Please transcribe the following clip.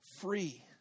free